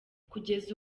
kugeza